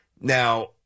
Now